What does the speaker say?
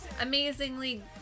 amazingly